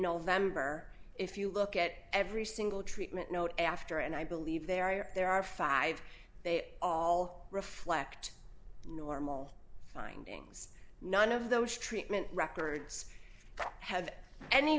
november if you look at every single treatment note after and i believe they are there are five they all reflect normal findings none of those treatment records have any